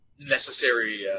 necessary